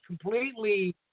completely